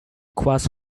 class